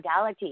modalities